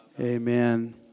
Amen